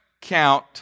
count